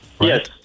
Yes